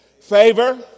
Favor